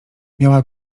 miała